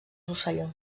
rosselló